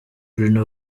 bruno